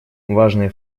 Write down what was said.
важные